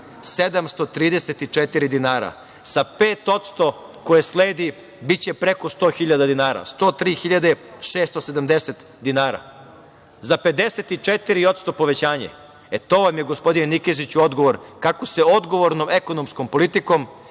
98.734 dinara. Sa 5% koje sledi biće preko 100.000 dinara, 103.670 dinara, za 54% povećanje. To vam je, gospodine Nikeziću, odgovor kako se odgovornom ekonomskom politikom,